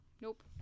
nope